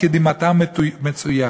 "כי דמעתם מצויה".